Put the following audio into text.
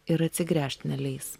ir atsigręžt neleis